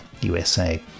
USA